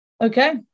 Okay